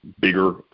bigger